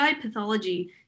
pathology